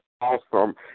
awesome